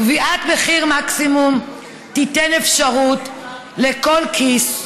קביעת מחיר מקסימום תיתן אפשרות לכל כיס,